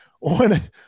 on